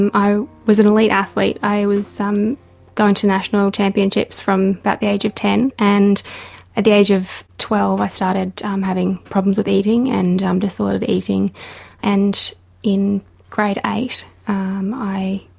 and i was an elite athlete, i was going to national championships from about the age of ten and at the age of twelve i started um having problems with eating and um disordered eating and in grade eight i